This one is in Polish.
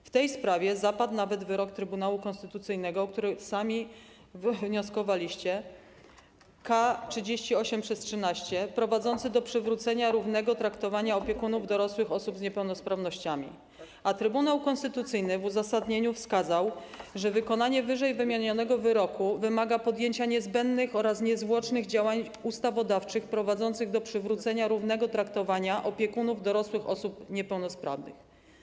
W tej sprawie zapadł nawet wyrok Trybunału Konstytucyjnego, o który sami wnioskowaliście, K 38/13, prowadzący do przywrócenia równego traktowania opiekunów dorosłych osób z niepełnosprawnościami, a Trybunał Konstytucyjny w uzasadnieniu wskazał, że wykonanie ww. wyroku wymaga podjęcia niezbędnych oraz niezwłocznych działań ustawodawczych prowadzących do przywrócenia równego traktowania opiekunów dorosłych osób niepełnosprawnych.